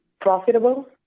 profitable